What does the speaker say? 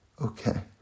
Okay